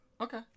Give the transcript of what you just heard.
Okay